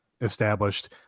established